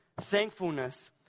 Thankfulness